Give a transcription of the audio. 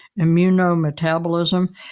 immunometabolism